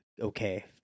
okay